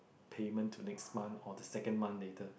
payment to next month or the second month later